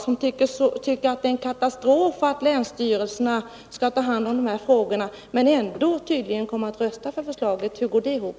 Han tycker ju att det är en katastrof att länsstyrelserna skall ha hand om de här frågorna, men han kommer tydligen ändå att rösta för förslaget. Hur går det ihop?